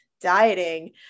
dieting